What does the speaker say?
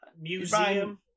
Museum